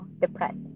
depressed